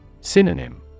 Synonym